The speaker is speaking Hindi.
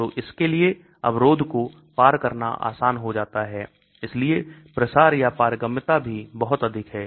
तो इसके लिए अवरोध को पार करना आसान हो जाता है इसलिए प्रसार या पारगम्यता भी बहुत अधिक है